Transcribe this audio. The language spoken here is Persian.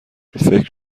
فکر